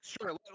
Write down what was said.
Sure